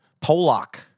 Polak